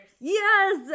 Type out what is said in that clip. Yes